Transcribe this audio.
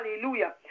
Hallelujah